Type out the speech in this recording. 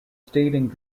stealing